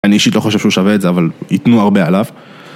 אני אישית לא חושב שהוא שווה את זה, אבל ייתנו הרבה עליו.